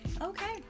Okay